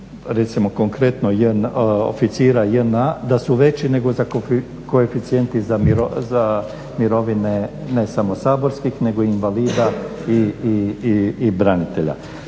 recimo konkretno oficira JNA-a da su veći nego koeficijenti za mirovine ne samo saborskih nego invalida i branitelja.